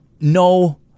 No